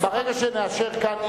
ברגע שנאשר כאן,